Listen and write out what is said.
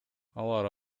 алар